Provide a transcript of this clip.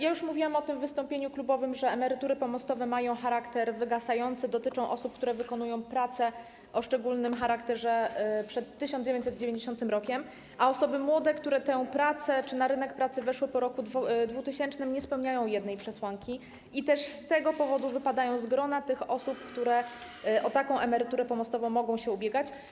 Już mówiłam o tym w wystąpieniu klubowym, że emerytury pomostowe mają charakter wygasający, dotyczą osób, które wykonywały pracę o szczególnym charakterze przed 1990 r., a osoby młode, które na rynek pracy weszły po roku 2000, nie spełniają jednej przesłanki i z tego powodu wypadają z grona osób, które o taką emeryturę pomostową mogą się ubiegać.